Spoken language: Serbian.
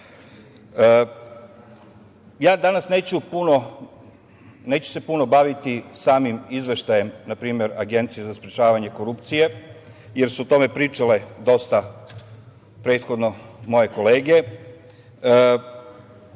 danas se neću puno baviti samim izveštajem, npr. Agencije za sprečavanje korupcije, jer su o tome pričale dosta prethodno moje kolege.